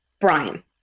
Brian